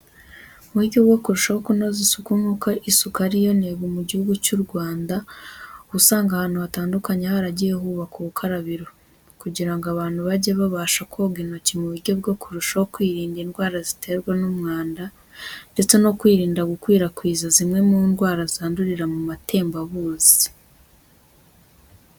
Mu buryo bwo kurushaho kunoza isuku nk'uko isuku ari yo ntego mu gihugu cy'u Rwanda, uba usanga ahantu hatandukanye haragiye hubakwa ubukarabiro kugira ngo abantu bajye babasha koga intoki mu buryo bwo kurushaho kwirinda indwara ziterwa n'umwanda ndetse no kwirinda gukwirakwiza zimwe mu ndwara zandurira mu matembabuzi.